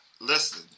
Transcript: listen